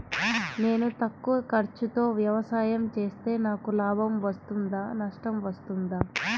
నేను తక్కువ ఖర్చుతో వ్యవసాయం చేస్తే నాకు లాభం వస్తుందా నష్టం వస్తుందా?